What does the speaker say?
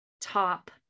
top